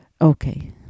Okay